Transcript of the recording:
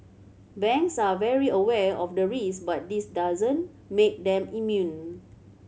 banks are very aware of the risk but this doesn't make them immune